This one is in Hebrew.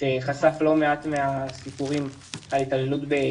קודם חשף לא מעט מהסיפורים על התעללות בגני ילדים.